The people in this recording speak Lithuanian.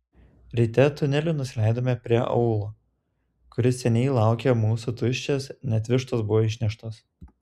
ryte tuneliu nusileidome prie aūlo kuris seniai laukė mūsų tuščias net vištos buvo išneštos